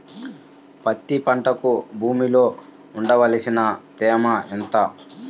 పత్తి పంటకు భూమిలో ఉండవలసిన తేమ ఎంత?